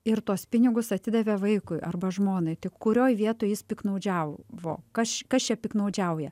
ir tuos pinigus atidavė vaikui arba žmonai tai kurioj vietoj jis piktnaudžiavo kas kas čia piktnaudžiauja